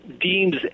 deems